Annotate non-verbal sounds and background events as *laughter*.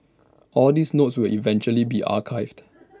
all these notes will eventually be archived *noise*